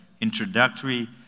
introductory